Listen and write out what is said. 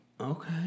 Okay